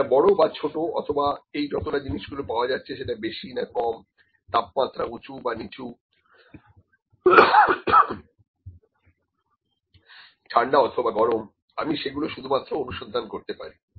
এটা বড় বা ছোট অথবা এই যতটা জিনিসগুলো পাওয়া যাচ্ছে সেটা বেশি না কম তাপমাত্রা উঁচু বা নিচু ঠান্ডা অথবা গরম আমি সেগুলো শুধুমাত্র অনুসন্ধান করতে পারি